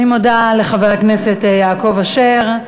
אני מודה לחבר הכנסת יעקב אשר.